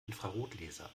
infrarotlaser